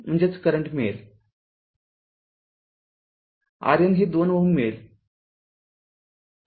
RN हे २ Ω मिळेल